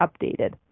updated